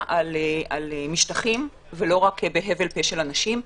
על משטחים ולא רק בהבל פה של אנשים.